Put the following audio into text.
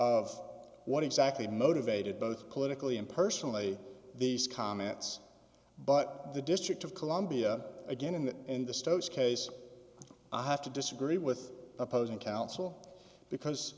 of what exactly motivated both politically and personally these comments but the district of columbia again in that in the stove's case i have to disagree with opposing counsel because